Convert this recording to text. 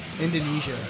Indonesia